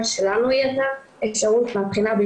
יותר